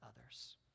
others